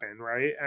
Right